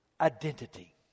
identity